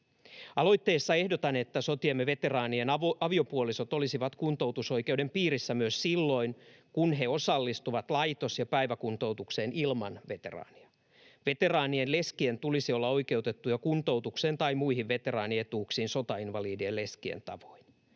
Aloitteessa ehdotan, että sotiemme veteraanien aviopuolisot olisivat kuntoutusoikeuden piirissä myös silloin, kun he osallistuvat laitos‑ ja päiväkuntoutukseen ilman veteraania. Veteraanien leskien tulisi olla oikeutettuja kuntoutukseen tai muihin veteraanietuuksiin sotainvalidien leskien tavoin.